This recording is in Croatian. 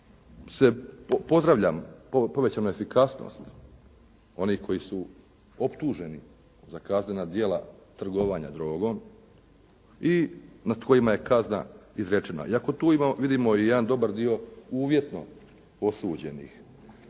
pozdravljam povećanu efikasnost onih koji su optuženi za kaznena djela trgovanja drogom i nad kojima je kazna izrečena i ako tu vidimo i jedan dobar dio uvjetno osuđenih,